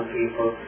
people